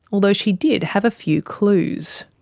although she did have a few clues.